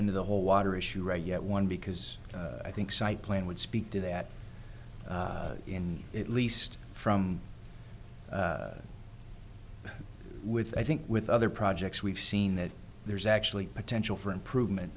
into the whole water issue right yet one because i think site plan would speak to that at least from with i think with other projects we've seen that there's actually potential for improvement